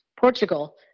Portugal